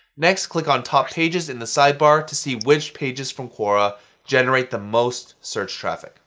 next, click on top pages in the sidebar to see which pages from quora generate the most search traffic.